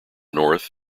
north